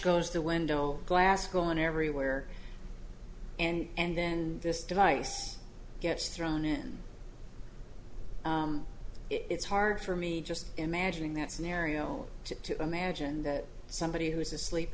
goes the window glass going everywhere and then this device gets thrown in it's hard for me just imagining that scenario to imagine that somebody who's asleep